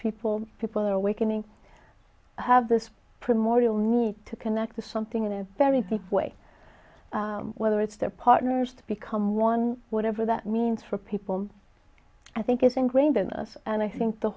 people people are awakening have this primordial need to connect the something in a very big way whether it's their partners to become one whatever that means for people i think is ingrained in us and i think the